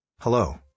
hello